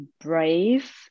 brave